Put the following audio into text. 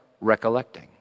recollecting